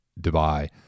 Dubai